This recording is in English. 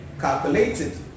calculated